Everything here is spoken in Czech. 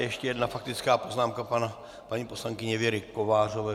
Ještě jedna faktická poznámka paní poslankyně Věry Kovářové.